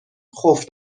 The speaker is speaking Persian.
خوف